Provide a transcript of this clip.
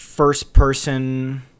first-person